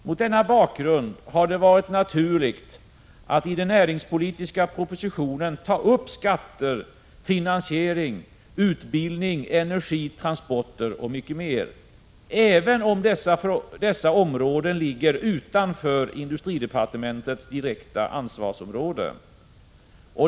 Mot denna bakgrund har det varit naturligt att i den näringspolitiska propositionen ta upp skatter, finansiering, utbildning, energi, transporter m.m., även om dessa områden ligger utanför industridepartementets direkta ansvarsområde.